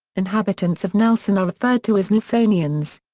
inhabitants of nelson are referred to as nelsonians.